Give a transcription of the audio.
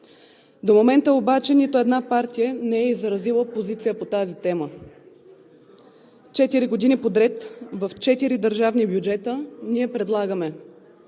До момента обаче нито една партия не е изразила позиция по тази тема. Четири години подред в четири държавни бюджета ние предлагаме: